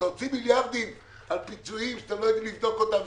להוציא מיליארדים על פיצויים שאתם לא יודעים לבדוק אותם,